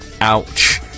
ouch